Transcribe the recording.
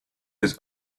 his